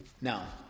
Now